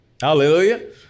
Hallelujah